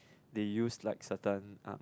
they use like certain um